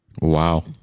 wow